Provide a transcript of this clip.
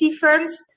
firms